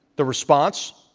the response,